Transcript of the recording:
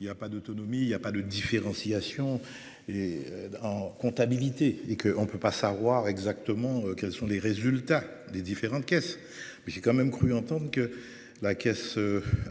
Il y a pas d'autonomie il y a pas de différenciation et en comptabilité et que on ne peut pas savoir exactement quels sont les résultats des différentes caisses mais j'ai quand même cru entendre que la Caisse